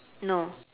no